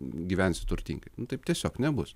gyvensi turtingai taip tiesiog nebus